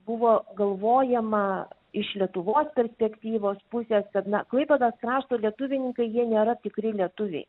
buvo galvojama iš lietuvos perspektyvos pusės kad na klaipėdos krašto lietuvininkai jie nėra tikri lietuviai